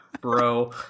bro